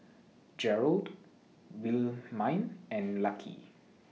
Gerard Wilhelmine and Lucky